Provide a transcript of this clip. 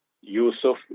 Yusuf